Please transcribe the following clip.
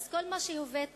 אז כל מה שהבאת,